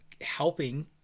helping